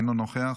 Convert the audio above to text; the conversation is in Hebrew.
אינו נוכח,